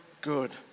good